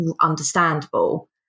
understandable